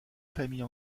famille